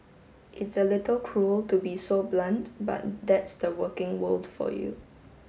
it's a little cruel to be so blunt but that's the working world for you